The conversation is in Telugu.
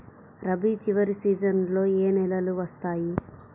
రబీ చివరి సీజన్లో ఏ నెలలు వస్తాయి?